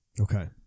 Okay